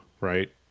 right